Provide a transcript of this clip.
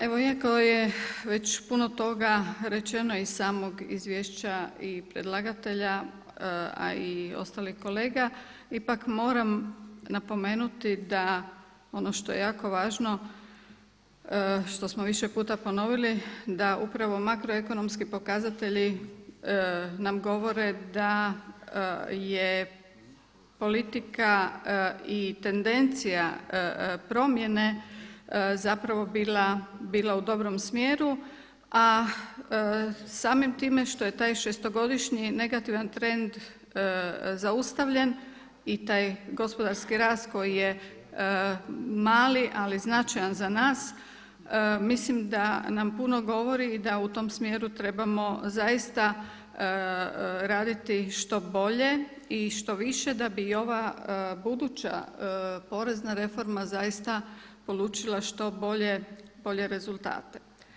Evo iako je već puno toga rečeno iz samog izvješća i predlagatelja, a i ostalih kolega ipak moram napomenuti da ono što je jako važno što smo više puta ponovili, da upravo makroekonomski pokazatelji nam govore da je politika i tendencija promjene zapravo bila u dobrom smjeru, a samim time što je taj šestogodišnji negativan trend zaustavljen i taj gospodarski rast koji je mali, ali značajan za nas mislim da nam puno govori i da u tom smjeru trebamo zaista raditi što bolje i što više da bi i ova buduća porezna reforma zaista polučila što bolje rezultate.